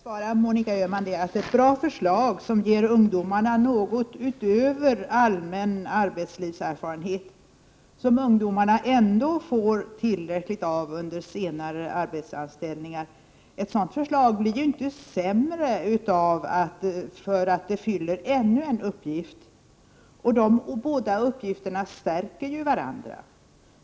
Herr talman! Jag vill svara Monica Öhman att ett bra förslag, som ger ungdomarna något utöver allmän arbetslivserfarenhet — som ungdomarna ändå får tillräckligt av under senare anställningar —, blir inte sämre av att det fyller ännu en uppgift. De båda uppgifterna stärker ju varandra.